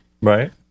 right